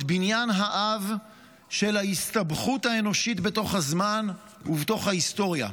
את בניין האב של ההסתבכות האנושית בתוך הזמן ובתוך ההיסטוריה,